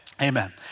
Amen